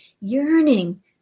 yearning